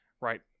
right